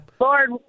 Lord